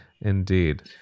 Indeed